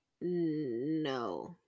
no